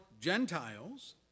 Gentiles